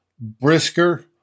Brisker